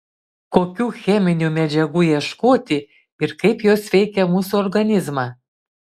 kokių cheminių medžiagų ieškoti ir kaip jos veikia mūsų organizmą